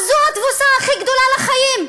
אז זו התבוסה הכי גדולה לחיים.